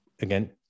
again